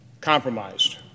compromised